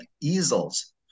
easels